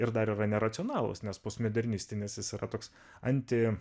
ir dar yra neracionalūs nes postmodernistinis jis yra toks anti